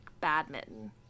badminton